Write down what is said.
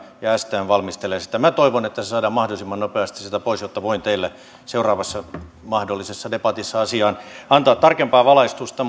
ja stm valmistelee sitä minä toivon että se saadaan mahdollisimman nopeasti sieltä pois jotta voin teille seuraavassa mahdollisessa debatissa asiaan antaa tarkempaa valaistusta